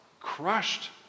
crushed